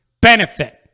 benefit